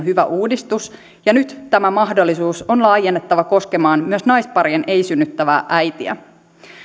hyvä uudistus ja nyt tämä mahdollisuus on laajennettava koskemaan myös naisparien ei synnyttävää äitiä